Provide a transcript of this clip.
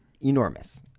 enormous